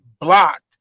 blocked